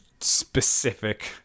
specific